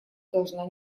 должна